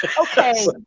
Okay